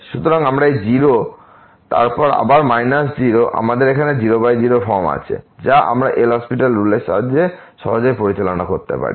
সুতরাং আমরা এই 0 এবং তারপর আবার মাইনাস 0 আমাদের এখানে 00 ফর্ম আছে যা আমরা LHospital রুলের সাহায্যে সহজেই পরিচালনা করতে পারি